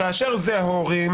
כאשר זה ההורים